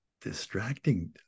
distracting